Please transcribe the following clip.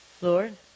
Lord